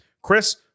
Chris